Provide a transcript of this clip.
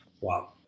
Wow